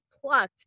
plucked